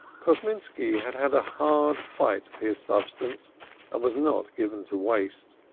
kosminski had had a hard fight for his substance, and was not given to waste.